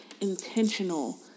intentional